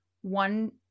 one